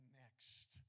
next